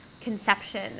conception